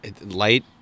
light